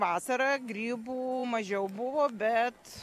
vasarą grybų mažiau buvo bet